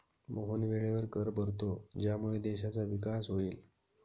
मोहन वेळेवर कर भरतो ज्यामुळे देशाचा विकास होईल